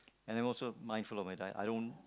and I also mindful of my diet I don't